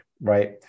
right